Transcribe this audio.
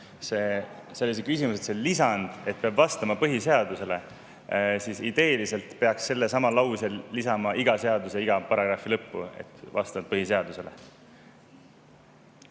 selles, et lisada "peab vastama põhiseadusele", siis idee põhjal peaks sellesama lause lisama iga seaduse iga paragrahvi lõppu, et vastab põhiseadusele.